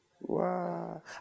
Wow